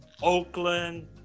oakland